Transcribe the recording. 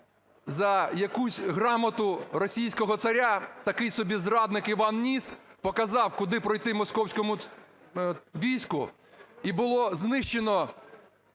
за якусь грамоту російського царя такий собі зрадник Іван Ніс показав, куди пройти московському війську, і було знищено